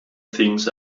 things